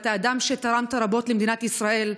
אתה אדם שתרם רבות למדינת ישראל.